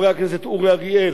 חבר הכנסת זאב אלקין,